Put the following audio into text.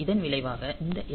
இதன் விளைவாக இந்த எல்